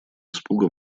испуга